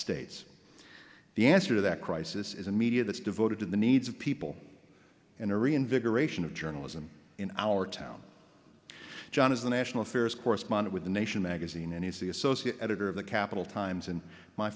states the answer to that crisis is a media that's devoted to the needs of people in a reinvigoration of journalism in our town john is the national affairs correspondent with the nation magazine and he's the associate editor of the capital times in my